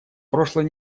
прошлой